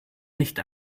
nicht